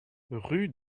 rue